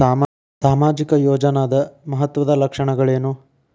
ಸಾಮಾಜಿಕ ಯೋಜನಾದ ಮಹತ್ವದ್ದ ಲಕ್ಷಣಗಳೇನು?